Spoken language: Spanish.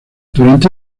durante